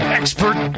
expert